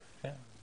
כן.